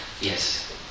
Yes